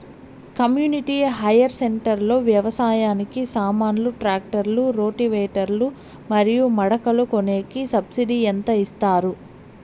community hire centre లో వ్యవసాయానికి సామాన్లు ట్రాక్టర్లు రోటివేటర్ లు మరియు మడకలు కొనేకి సబ్సిడి ఎంత ఇస్తారు